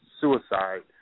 suicide